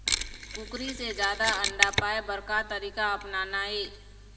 कुकरी से जादा अंडा पाय बर का तरीका अपनाना ये?